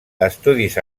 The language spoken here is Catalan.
estudis